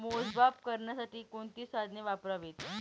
मोजमाप करण्यासाठी कोणती साधने वापरावीत?